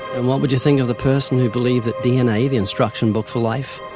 and what would yeah think of the person who believed that dna, the instruction book for life,